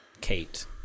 Kate